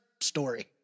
story